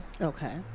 Okay